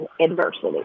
adversity